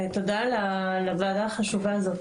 תודה על הוועדה החשובה הזאת.